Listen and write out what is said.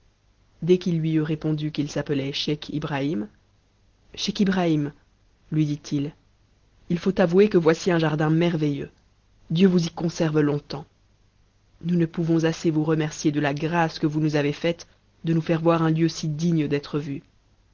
dès qu'il ui eut répondu qu'il s'appelait scheich ibrahim scheich ibrahim lui dit-il il faut avouer que voici un jardin merveilleux dieu vous y conserve longtemps nous ne pouvons assez vous remercier de la grâce que vous nous avez faite de nous faire voir un lieu si digne d'être vu